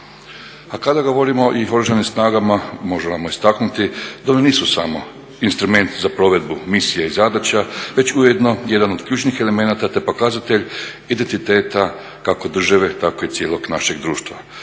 A kada govorimo i o Oružanim snagama možemo istaknuti da one nisu samo instrument za provedbu misija i zadaća već ujedno jedan od ključnih elemenata, te pokazatelj identiteta kako države, tako i cijelog našeg društva